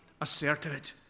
asserted